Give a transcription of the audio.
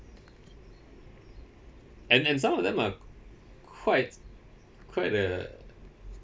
and and some of them are quite quite uh